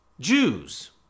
Jews